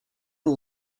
all